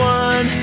one